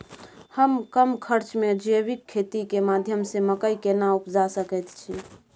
हम कम खर्च में जैविक खेती के माध्यम से मकई केना उपजा सकेत छी?